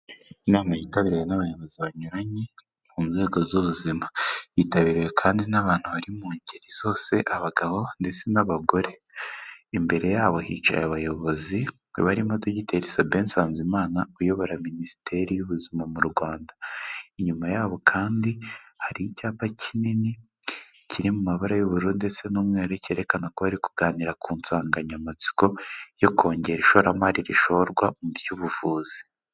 Inama yitabiriwe n'abayobozi banyuranye mu nzego z'ubuzima, yitabiriwe kandi n'abantu bari mu ngeri zose abagabo ndetse n'abagore, imbere yabo hicaye abayobozi barimo Dr. Saben NSANZIMANA uyobora Minisiteri y'ubuzima mu Rwanda, inyuma yabo kandi hari icyapa kinini kiri mu mabara y'ubururu ndetse n'umweru cyerekana ko bari kuganira ku nsanganyamatsiko yo kongera ishoramari rishorwa mu by'ubuvuzi.